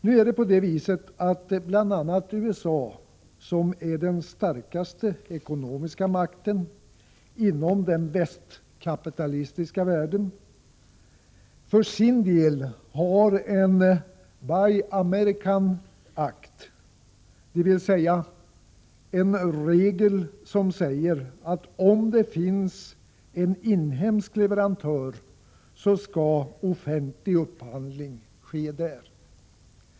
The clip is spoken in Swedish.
Nu är det så att bl.a. USA, som är den starkaste ekonomiska makten inom den väst-kapitalistiska världen, för sin del har en ”Buy American Act”. Det är en regel som säger att om det finns en inhemsk leverantör, skall offentlig upphandling ske där.